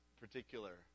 particular